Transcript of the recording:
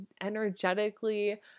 energetically